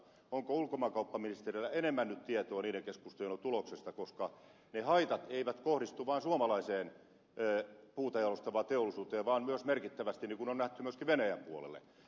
onko ulkomaankauppaministeriöllä enemmän nyt tietoa niiden keskustelujen tuloksesta koska ne haitat eivät kohdistu vaan suomalaiseen puuta jalostavaan teollisuuteen vaan myös merkittävästi niin kun on nähty myöskin venäjän puolelle